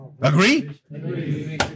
Agree